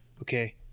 Okay